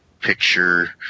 picture